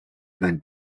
been